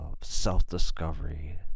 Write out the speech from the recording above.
self-discovery